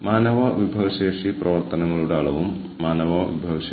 ഞാൻ ഇവിടെ പരാമർശിച്ച പേപ്പറുകളുടെ ഉറവിടങ്ങൾ ഇവയാണ്